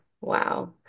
wow